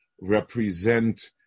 represent